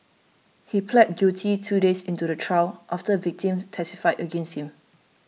he pleaded guilty two days into the trial after victims testified against him